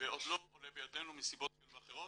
--- ועוד לא עולה בידינו מסיבות כאלה ואחרות.